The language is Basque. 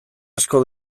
asko